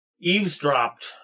eavesdropped